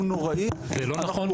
הוא נוראי -- זה לא נכון,